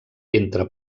entre